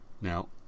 Now